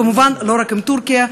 כמובן לא רק עם טורקיה,